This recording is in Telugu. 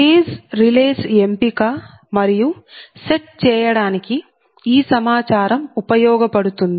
ఫేజ్ రిలేస్ ఎంపిక మరియు సెట్ చేయడానికి ఈ సమాచారం ఉపయోగపడుతుంది